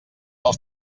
els